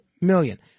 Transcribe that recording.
million